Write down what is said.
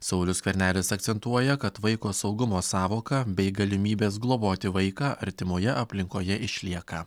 saulius skvernelis akcentuoja kad vaiko saugumo sąvoka bei galimybės globoti vaiką artimoje aplinkoje išlieka